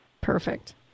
Perfect